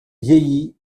vieilli